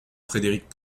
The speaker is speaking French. frédéric